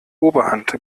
oberhand